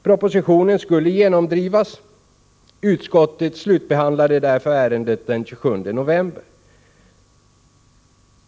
Propositionen skulle genomdrivas. Utskottet slutbehandlade därför ärendet den 27 november.